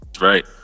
right